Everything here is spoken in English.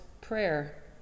prayer